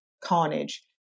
carnage